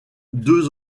deux